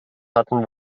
hatten